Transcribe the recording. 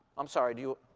i'm sorry, do you